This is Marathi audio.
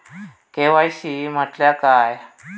के.वाय.सी म्हटल्या काय?